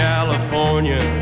California